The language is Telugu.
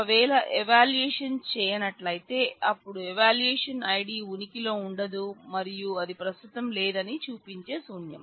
ఒకవేళ ఎవాల్యూయేషన్ చేయనట్లయితే అప్పుడు ఎవాల్యూయేషన్ ఐడి ఉనికిలో ఉండదు మరియు అది ప్రస్తుతం లేదని చూపించే శూన్యం